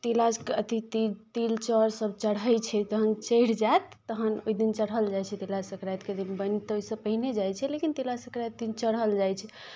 तिला अथि ति तिल चाउरसभ चढ़ै छै जखन चढ़ि जायत तहन ओहि दिन चढ़ाओल जाइ छै तिला संक्रान्तके दिन बनि तऽ ओहिसँ पहिने जाइ छै लेकिन तिला संक्रान्तिके दिन चढ़ाओल जाइ छै